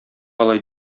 алай